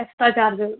extra charge